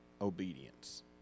obedience